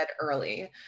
early